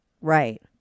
Right